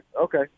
okay